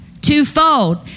twofold